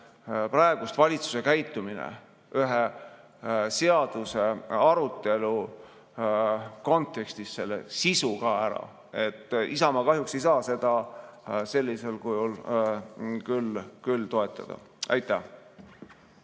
praegune valitsuse käitumine ühe seaduse arutelu kontekstis ka selle sisu ära. Isamaa kahjuks ei saa seda sellisel kujul küll toetada. Aitäh!